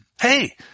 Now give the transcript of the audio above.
Hey